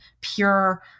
pure